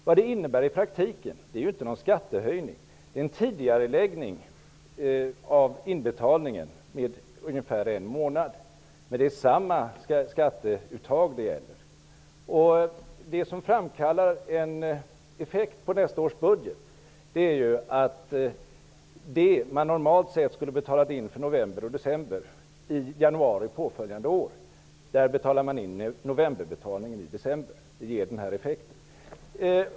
Vad det innebär i praktiken är inte någon skattehöjning utan en tidigareläggning med ungefär en månad av inbetalningen. Men det är samma skatteuttag som det gäller. Det som framkallar en effekt på nästa års budget är att det man normalt sett skulle ha betalat in för november och december i januari påföljande år nu betalas in i december. Det ger denna effekt.